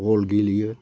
बल गेलेयो